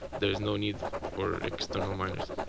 there's no need for external miners.